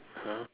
!huh!